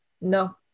No